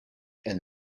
and